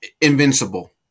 Invincible